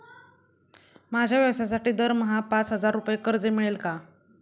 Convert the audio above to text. माझ्या व्यवसायासाठी दरमहा पाच हजार रुपये कर्ज मिळेल का?